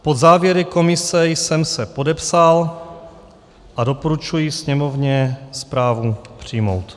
Pod závěry komise jsem se podepsal a doporučuji Sněmovně zprávu přijmout.